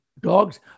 Dogs